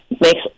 makes